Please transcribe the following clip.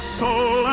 soul